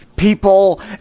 People